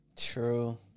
True